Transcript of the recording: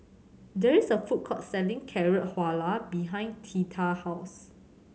there is a food court selling Carrot Halwa behind Theta house